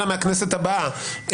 אלא מהכנסת הבאה,